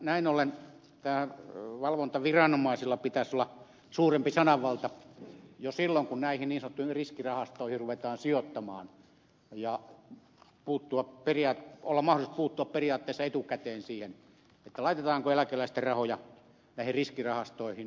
näin ollen valvontaviranomaisilla pitäisi olla suurempi sananvalta jo silloin kun näihin niin sanottuihin riskirahastoihin ruvetaan sijoittamaan ja pitäisi olla mahdollisuus periaatteessa puuttua etukäteen siihen laitetaanko eläkeläisten rahoja näihin riskirahastoihin